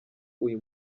uyu